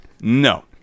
No